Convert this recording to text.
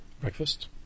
Breakfast